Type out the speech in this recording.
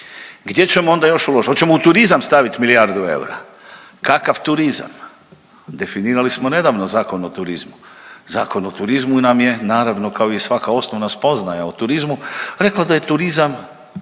Gdje ćemo onda još uložit? Oćemo u turizam stavit milijardu eura? Kakav turizam? Definirali smo nedavno Zakon o turizmu. Zakon o turizmu nam je naravno kao i svaka osnovna spoznaja o turizmu rekao da je turizam